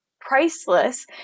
priceless